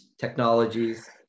technologies